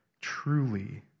truly